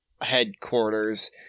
headquarters